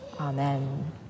Amen